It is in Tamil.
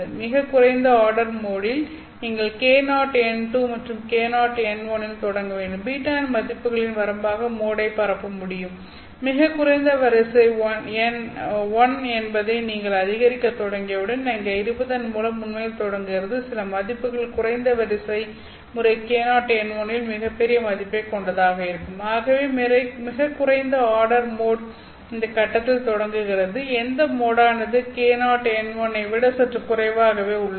மிகக் குறைந்த ஆர்டர் மோடில் நீங்கள் k0n2 மற்றும் k0n1 உடன் தொடங்க வேண்டும் β இன் மதிப்புகளின் வரம்பாக மோடைப் பரப்ப முடியும் மிகக் குறைந்த வரிசை 1 என்பது நீங்கள் அதிகரிக்கத் தொடங்கியவுடன் அங்கே இருப்பதன் மூலம் உண்மையில் தொடங்குகிறது சில மதிப்புகள் மிகக் குறைந்த வரிசை முறை k0n1 இன் மிகப்பெரிய மதிப்பைக் கொண்டதாக இருக்கும் ஆகவே மிகக் குறைந்த ஆர்டர் மோட் இந்த கட்டத்தில் தொடங்குகிறது எந்த மோடானது k0n1 ஐ விட சற்று குறைவாகவே உள்ளது